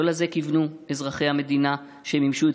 לא לזה כיוונו אזרחי המדינה שמימשו את